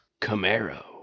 Camaro